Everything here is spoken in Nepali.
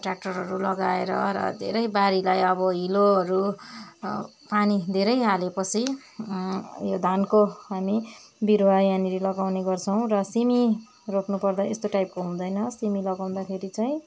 ट्रयाक्टरहरू लगाएर र धेरै बारीलाई अब हिलोहरू पानी धेरै हालेपछि यो धानको हामी बिरुवा यहाँनिर लगाउने गर्छौँ र सिमी रोप्नु पर्दा यस्तो टाइपको हुँदैन सिमी लगाउँदाखेरि चाहिँ